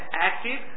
active